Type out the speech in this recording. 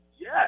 Yes